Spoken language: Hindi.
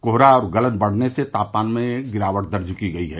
कोहरा और गलन बढ़ने से तापमान में गिरावट दर्ज की गयी है